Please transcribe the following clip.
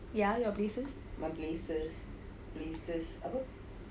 ya your places